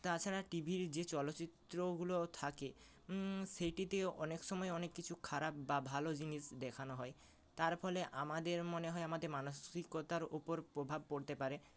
তাছাড়া টি ভির যে চলচ্চিত্রগুলো থাকে সেইটিতেও অনেক সময় অনেক কিছু খারাপ বা ভালো জিনিস দেখানো হয় তার ফলে আমাদের মনে হয় আমাদের মানসিকতার উপর প্রভাব পড়তে পারে